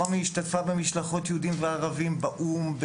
רומי השתתפה במשלחות יהודים וערבים באו"ם,